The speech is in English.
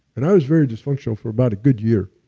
and i was very dysfunctional for about a good year.